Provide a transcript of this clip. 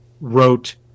wrote